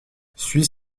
suis